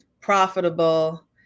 profitable